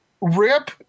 Rip